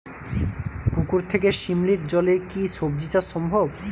পুকুর থেকে শিমলির জলে কি সবজি চাষ সম্ভব?